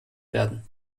werden